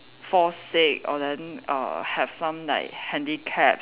fall sick or then err have some like handicap